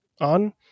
on